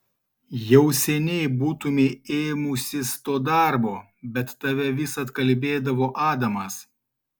jau seniai būtumei ėmusis to darbo bet tave vis atkalbėdavo adamas